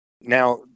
Now